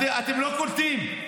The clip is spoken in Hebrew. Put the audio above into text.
אתם לא קולטים?